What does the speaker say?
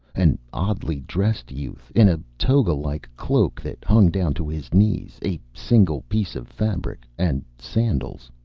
an oddly-dressed youth, in a toga-like cloak that hung down to his knees. a single piece of fabric. and sandals.